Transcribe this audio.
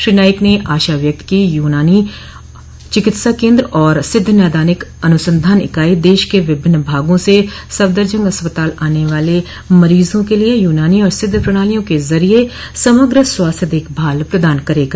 श्री नाइक ने आशा व्यक्त की कि यूनानी चिकित्सा केन्द्र और सिद्ध नैदानिक अनुसंधान इकाई देश के विभिन्न भागों से सफदरजंग अस्पताल आने वाले मरीजों के लिए यूनानी और सिद्ध प्रणालियों के जरिए समग्र स्वास्थ्य देखभाल प्रदान करेगा